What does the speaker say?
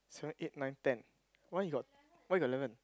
seven eight nine ten why you got why you got eleven